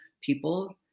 people